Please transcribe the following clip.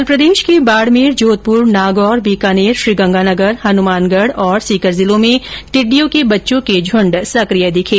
कल प्रदेश के बाडमेर जोधप्र नागौर बीकानेर श्रीगंगानगर हनुमानगढ सीकर जिलों में टिड्डियों के बच्चों के झुन्ड सक्रिय दिखे